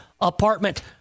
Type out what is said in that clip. apartment